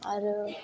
आरो